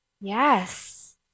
Yes